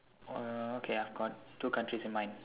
uh okay I've got two countries in mind